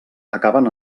acaben